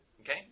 Okay